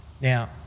Now